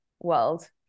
world